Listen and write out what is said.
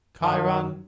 Chiron